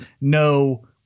no